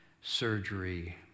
surgery